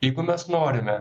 jeigu mes norime